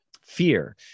fear